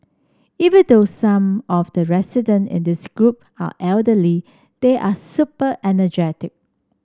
even though some of the resident in this group are elderly they are super energetic